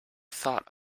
thought